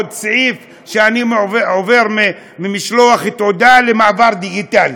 עוד סעיף שאני עובר ממשלוח תעודה למעבר דיגיטלי,